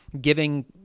giving